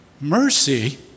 Mercy